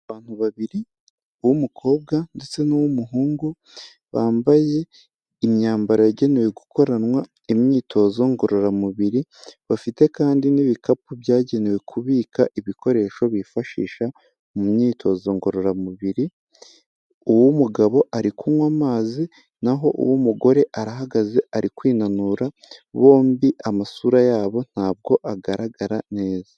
Abantu babiri uw'umukobwa ndetse n'uw'umuhungu bambaye imyambaro yagenewe gukoranwa imyitozo ngororamubiri bafite kandi n'ibikapu byagenewe kubika ibikoresho bifashisha mu myitozo ngororamubiri. Uw'umugabo arikunywa amazi naho uw'umugore arahagaze arikwinanura bombi amasura yabo ntabwo agaragara neza.